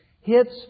hits